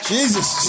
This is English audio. Jesus